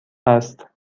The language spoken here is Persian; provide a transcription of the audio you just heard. است